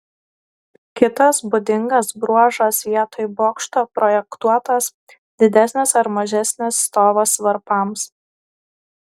kitas būdingas bruožas vietoj bokšto projektuotas didesnis ar mažesnis stovas varpams